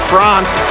France